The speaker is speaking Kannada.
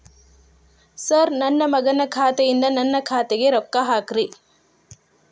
ಸರ್ ನನ್ನ ಮಗನ ಖಾತೆ ಯಿಂದ ನನ್ನ ಖಾತೆಗ ರೊಕ್ಕಾ ಹಾಕ್ರಿ